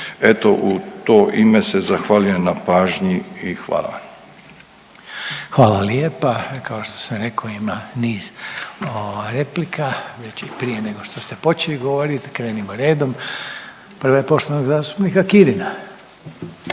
Eto, u to ime se zahvaljujem na pažnji i hvala. **Reiner, Željko (HDZ)** Hvala lijepa, kao što sam rekao ima niz ovaj replika znači prije nego što ste počeli govorit. Krenimo redom. Prva je poštovanog zastupnika Kirina.